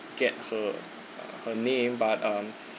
get her uh her name but um